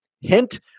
hint